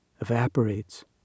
evaporates